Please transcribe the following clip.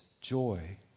Joy